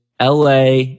LA